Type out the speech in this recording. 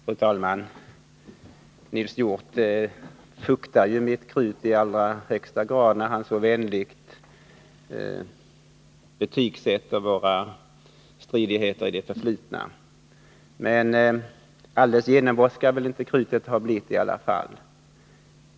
Fru talman! Nils Hjorth fuktar ju mitt krut i allra högsta grad när han så vänligt betygsätter våra stridigheter i det förflutna. Men helt genomvått skall väl inte krutet ha blivit i alla fall.